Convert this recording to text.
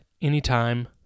anytime